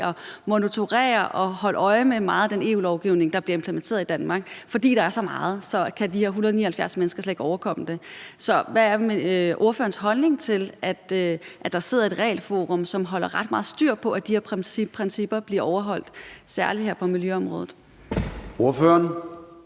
at monitorere og holde øje med meget af den EU-lovgivning, der bliver implementeret i Danmark. Fordi der er så meget, kan de her 179 mennesker slet ikke overkomme det. Så hvad er ordførerens holdning til, at der sidder et regelforum, som holder ret meget styr på, at de her principper bliver overholdt, særlig her på miljøområdet? Kl.